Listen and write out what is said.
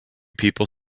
people